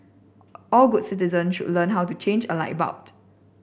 all good citizens should learn how to change a light bulb